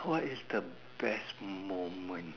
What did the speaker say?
what is the best moment